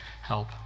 help